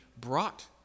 brought